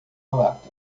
lata